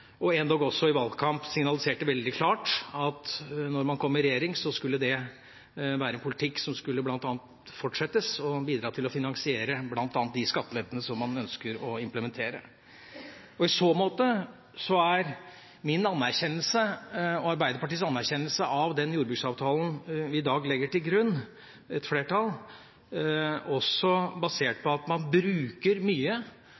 og endog også i valgkamp signaliserte veldig klart at når man kom i regjering, skulle det være en politikk som skulle fortsettes, og bl.a. bidra til å finansiere de skattelettene som man ønsket å implementere. I så måte er min og Arbeiderpartiets anerkjennelse av den jordbruksavtalen vi – et flertall – i dag legger til grunn, også basert på at man bruker